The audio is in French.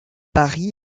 paris